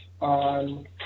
on